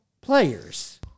players